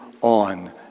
on